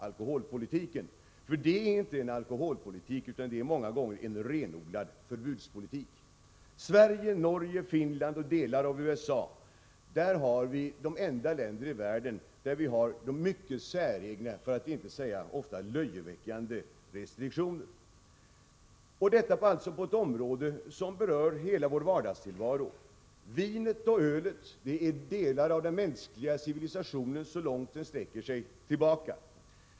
alkoholpolitiken — för det är inte en alkoholpolitik utan det är många gånger en renodlad förbudspolitik. Sverige, Norge, Finland och delar av USA — där har vi de enda länderna i världen med mycket säregna för att inte säga löjeväckande restriktioner. Detta alltså på ett område som berör hela vår vardagstillvaro. Vinet och ölet är delar av den mänskliga civilisationen så långt den sträcker sig tillbaka.